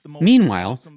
Meanwhile